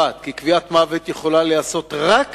הקובעת כי קביעת מוות יכולה להיעשות רק